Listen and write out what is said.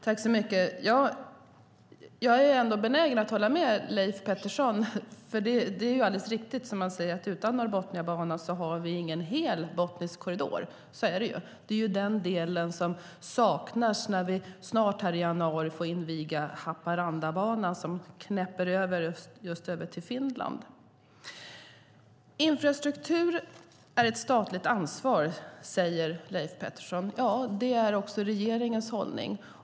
Fru talman! Jag är ändå benägen att hålla med Leif Pettersson. Det är alldeles riktigt som han säger, att utan Norrbotniabanan har vi ingen hel botnisk korridor. Så är det. Det är den delen som saknas när vi i januari får inviga Haparandabanan som så att säga knäpper över till Finland. Infrastruktur är ett statligt ansvar, säger Leif Pettersson. Ja, det är också regeringens hållning.